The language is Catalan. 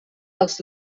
els